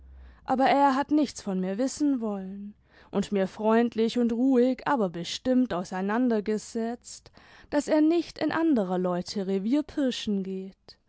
aber er hat nichts von mir wissen wollen und mir freundlich und ruhig aber bestimmt auseinandergesetzt daß er nicht in anderer leute revier pirschen geht